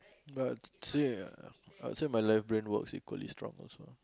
but ya I'll say my left brain works equally strong also